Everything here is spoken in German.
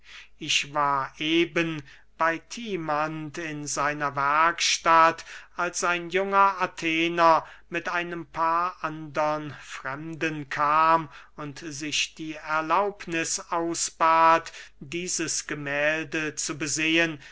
ich war eben bey timanth in seiner werkstatt als ein junger athener mit einem paar andern fremden kam und sich die erlaubniß ausbat dieses gemählde zu besehen